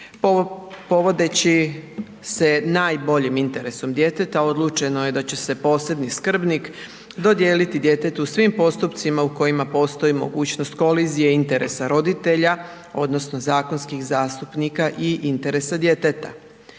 Povodeći se najboljim interesom djeteta odlučeno je da će posebni skrbnik dodijeliti djetetu u svim postupcima u kojima postoji mogućnost kolizije i interesa roditelja odnosno zakonskih zastupnika i interesa djeteta.